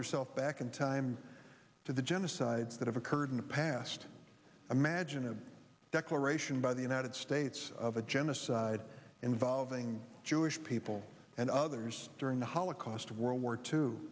yourself back in time to the genocides that have occurred in the past i imagine a declaration by the united states of a genocide involving jewish people and others during the holocaust of world war two